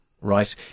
Right